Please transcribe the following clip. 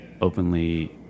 openly